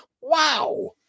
Wow